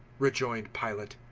rejoined pilate.